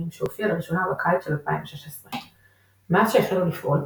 שהופיעה לראשונה בקיץ של 2016. מאז שהחלו לפעול,